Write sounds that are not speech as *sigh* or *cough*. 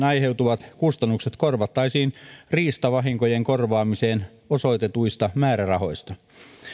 *unintelligible* aiheutuvat kustannukset korvattaisiin riistavahinkojen korvaamiseen osoitetuista määrärahoista